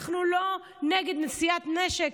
אנחנו לא נגד נשיאת נשק.